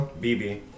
BB